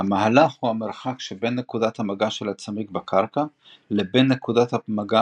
המהלך הוא המרחק שבין נקודת המגע של הצמיג בקרקע לבין נקודת המגע